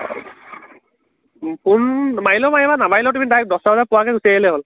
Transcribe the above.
phone মাৰিলেও মাৰিবা নামাৰিলেও তুমি ডাৰেক্ট দছটা বজাত পোৱাকৈ গুচি আহিলেই হ'ল